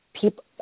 people